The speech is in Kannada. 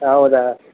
ಹೌದಾ